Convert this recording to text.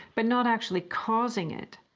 but not actually causing it.